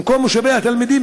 במקום מגורי התלמידים?